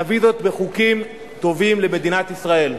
נביא זאת בחוקים טובים למדינת ישראל.